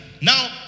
now